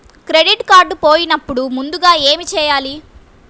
Credit card పోయినపుడు ముందుగా ఏమి చేయాలి?